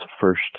first